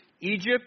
Egypt